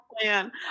plan